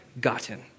gotten